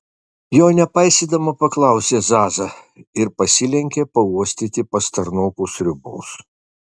jo nepaisydama paklausė zaza ir pasilenkė pauostyti pastarnokų sriubos